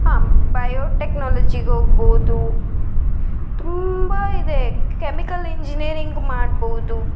ಹಾಂ ಬಯೋಟೆಕ್ನಾಲಜಿಗೆ ಹೋಗ್ಬೌದು ತುಂಬಾ ಇದೆ ಕೆಮಿಕಲ್ ಇಂಜಿನಿಯರಿಂಗ್ ಮಾಡ್ಬೌದು